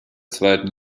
zweiten